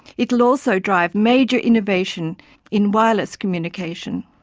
it will also drive major innovation in wireless communication.